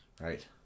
Right